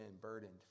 burdened